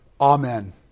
Amen